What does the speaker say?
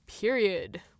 period